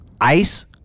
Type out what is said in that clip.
Ice